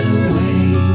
away